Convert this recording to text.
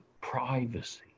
privacy